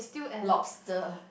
lobster